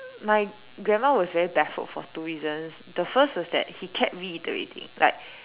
my grandma was very baffled for two reasons the first was that he kept reiterating like